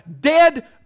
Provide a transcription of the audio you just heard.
dead